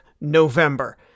November